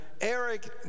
Eric